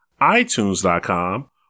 itunes.com